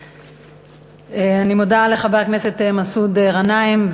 אני מודה לחבר הכנסת מסעוד גנאים,